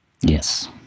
Yes